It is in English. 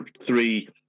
Three